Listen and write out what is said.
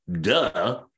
Duh